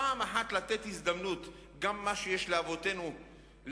פעם אחת לתת הזדמנות גם למה שיש לאבותינו להציע,